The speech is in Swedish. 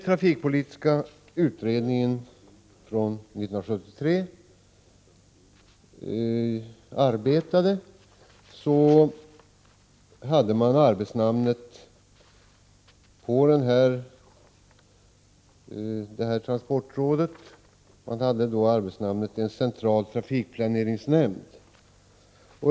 Trafikpolitiska utredningen från 1973 hade arbetsnamnet ”en central trafikplaneringsnämnd”.